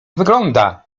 wygląda